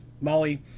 Molly